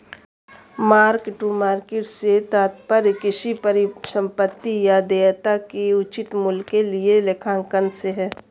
mark to market से तात्पर्य किसी परिसंपत्ति या देयता के उचित मूल्य के लिए लेखांकन से है